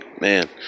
man